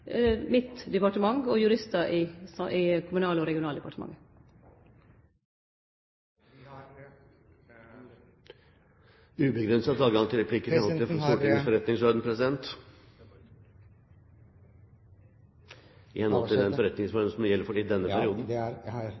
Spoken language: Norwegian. mitt departement, av juristar i Kommunal- og regionaldepartementet. Per-Kristian Foss – til replikk? Det er ubegrenset adgang til replikker i henhold til den forretningsordenen som gjelder for denne perioden. Jeg har full forståelse for det.